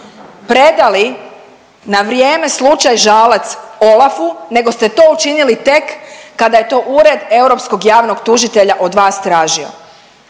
predali na vrijeme slučaj Žalac OLAF-u, nego ste to učinili tek kada je to Ured europskog javnog tužitelja od vas tražio?